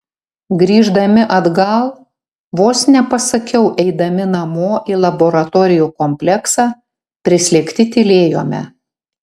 grįždami atgal vos nepasakiau eidami namo į laboratorijų kompleksą prislėgti tylėjome